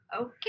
Okay